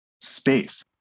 space